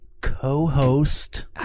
Co-host